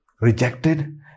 rejected